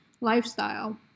lifestyle